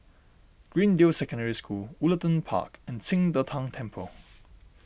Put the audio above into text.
Greendale Secondary School Woollerton Park and Qing De Tang Temple